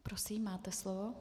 Prosím, máte slovo.